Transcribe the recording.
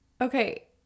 Okay